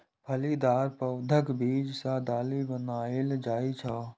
फलीदार पौधाक बीज सं दालि बनाएल जाइ छै